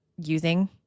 using